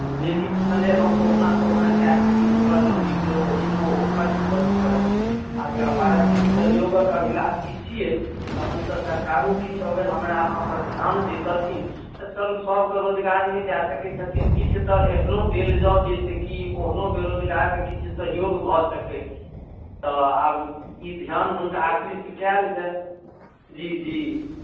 जे किछु छलै हँ कहुना कहुना कै कऽ किछु पढ़लहुँ लिखलहुँ ओहिमे ओहो खर्च भऽ चुकल छै आ व्यापारक किछु सहयोगक अभिलाषी छियै तहन तऽ सरकारो किछु अगर हमरा अहाँ पर ध्यान देतथिन तऽ चलू सभकऽ रोजगार नइ दै सकै छथिन किछ तऽ एहनो देल जाउ जाहिसँ कि ओहनो बेरोजगारके किछु सहयोग भऽ सकै तऽ आब ई ध्यान हुनका आकृष्ट कयल जाय जी जी